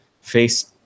face